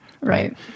Right